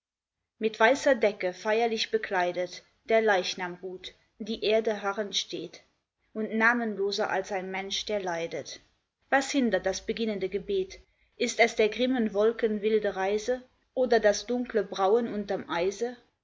mit weißer decke feierlich bekleidet der leichnam ruht die erde harrend steht und namenloser als ein mensch der leidet was hindert das beginnende gebet ist es der grimmen wolken wilde reise oder das dunkle brauen unterm eise